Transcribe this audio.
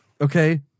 Okay